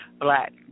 Black